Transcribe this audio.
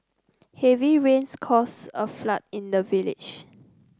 heavy rains caused a flood in the village